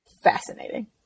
Fascinating